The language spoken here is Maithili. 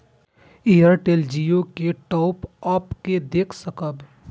एयरटेल जियो के टॉप अप के देख सकब?